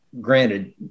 granted